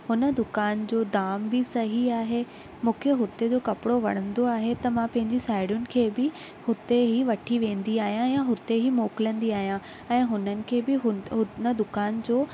उन दुकानु जो दाम बि सही आहे मूंखे हुते जो कपिड़ो वणंदो आहे त मां पंहिंजी साहेड़ियुनि खे बि हुते ई वठी वेंदी आहियां या हुते ई मोकलंदी आहियां ऐं हुननि खे बि हुन दुकानु जो